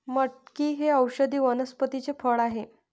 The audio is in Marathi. मटकी हे औषधी वनस्पतीचे फळ आहे